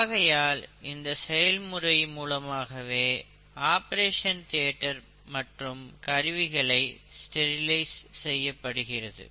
ஆகையால் இந்த செயல்முறை மூலமாகவே ஆபரேஷன் தியேட்டர் மற்றும் கருவிகள் ஸ்டெரிலைஸ் செய்யப்படுகிறது